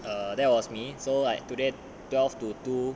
uh that was me so like today twelve to two